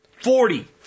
Forty